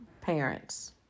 parents